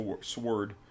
sword